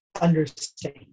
understand